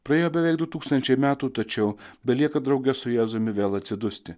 praėjo beveik du tūkstančiai metų tačiau belieka drauge su jėzumi vėl atsidusti